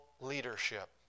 leadership